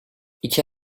i̇ki